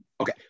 okay